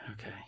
Okay